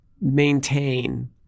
maintain